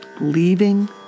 leaving